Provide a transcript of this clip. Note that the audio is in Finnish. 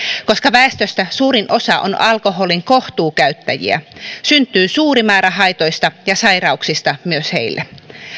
koska väestöstä suurin osa on alkoholin kohtuukäyttäjiä syntyy suuri määrä haitoista ja sairauksista myös heille